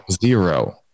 zero